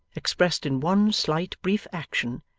expressed in one slight brief action,